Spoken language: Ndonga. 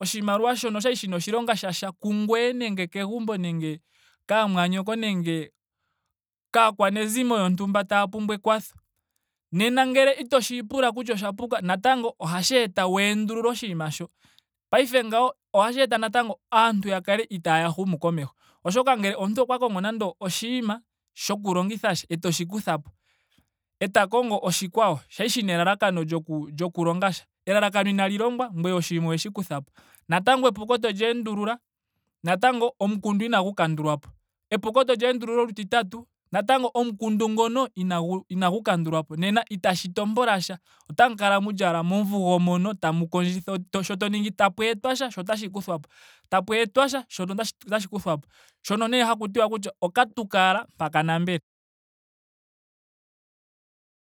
oshimaliwa shono okwali shina oshilonga shasha kungweye nenge kegumbo nenge kaamwanyoko nenge kaakwanezimo yontumba taya pumbwa ekwatho. Nena ngele itoshi pula kutya osha puka. natango ohasi eta wu endulula oshinima sho. Paife ngawo ohashi eta natango aantu ya kale itaaya humu komeho. Oshoka ngele omuntu okwa kongo nando oshinima shoku longitha sha. etoshi kuthapo. eta kongo oshikwawo kwali shina elalakano lyoku lyoku longa sha. elalakano inali longwa. ngweye oshinima oweshi kuthapo. Natango epuko etoli endulula. natango omukundu inagu kandulwapo. Epuko toli endulula olutitatu. natango omukundu ngono inagu inagu kandulwapo. Nena itashi tompola sha. otamu kala ashike momvugo mono tamu kondjitha. sho to ningi tapu etwasha. sho otashi kuthwapo. Tapu etwa sha. shono otashi kuthwapo. Shono nee hatu tiwa kutya oka tuka ashike mpa ka nambele.